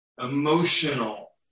emotional